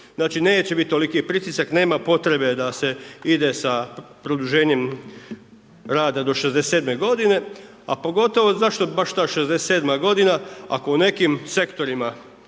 Znači neće biti toliki pritisak, nema potrebe da se ide sa produženjem rada do 67 godine. A pogotovo zašto baš ta 67 godina ako u nekim sektorima